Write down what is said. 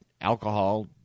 alcohol